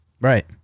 Right